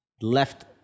left